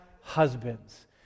husbands